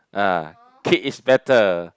ah kid is better